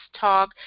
Talk